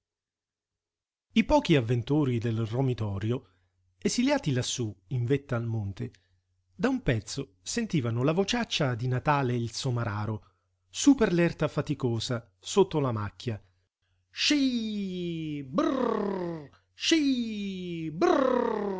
i pochi avventori del romitorio esiliati lassù in vetta al monte da un pezzo sentivano la vociaccia di natale il somararo sú per l'erta faticosa sotto la macchia sci brrr sci brrr